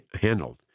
handled